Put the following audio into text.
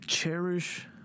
Cherish